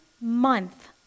month